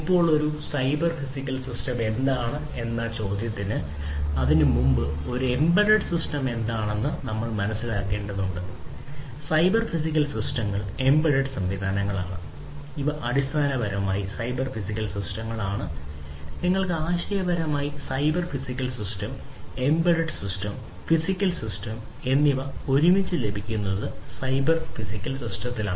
ഇപ്പോൾ ഒരു cyber physical system എന്താണ് എന്നതാണ് ചോദ്യം എന്നാൽ അതിനുമുമ്പ് ഒരു എംബെഡെഡ് സിസ്റ്റംസ് എന്നിവ നിങ്ങൾക്ക് ഒരുമിച്ച് ലഭിക്കുന്നത് സൈബർ ഫിസിക്കൽ സിസ്റ്റമാണ്